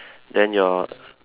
then your